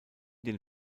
den